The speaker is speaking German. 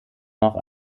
noch